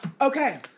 Okay